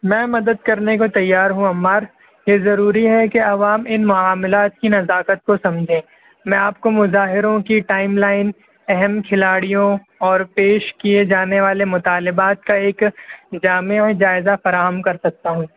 میں مدد کرنے کو تیار ہوں عمار یہ ضروری ہے کہ عوام ان معاملات کی نزاکت کو سمجھے میں آپ کو مظاہروں کی ٹائم لائن اہم کھلاڑیوں اور پیش کیے جانے والے مطالبات کا ایک جامع و جائزہ فراہم کر سکتا ہوں